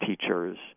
teachers